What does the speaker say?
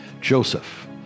Joseph